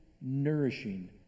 nourishing